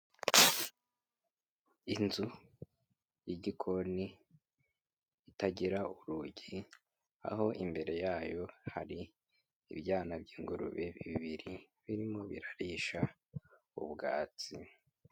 Inzu y'igikoni itagira urugi, aho imbere yayo hari ibyana by'ingurube bibiri birimo birarisha ubwatsi.